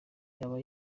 yaba